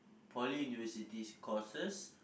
Poly University's courses